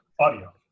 Audio